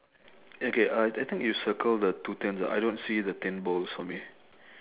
okay I I think you circle the two pins lah I don't see the pinballs for me